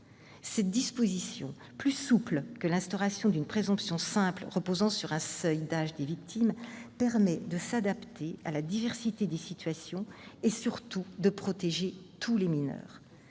Cette disposition, plus souple que l'instauration d'une présomption simple reposant sur un seuil d'âge des victimes, permet de s'adapter à la diversité des situations et, surtout, de protéger tous les mineurs.